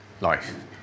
life